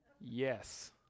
Yes